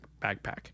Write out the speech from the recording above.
backpack